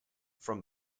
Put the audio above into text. from